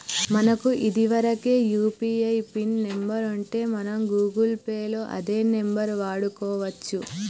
మనకు ఇదివరకే UPI pin number ఉంటే మనం గూగుల్ పే లో అదే నెంబర్ వాడుకోవచ్చు